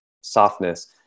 softness